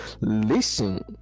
Listen